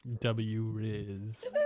W-Riz